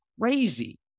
crazy